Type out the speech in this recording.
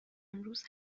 امروز